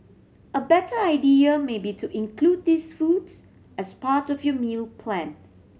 a better idea may be to include these foods as part of your meal plan